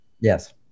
Yes